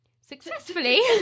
successfully